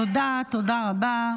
תודה רבה.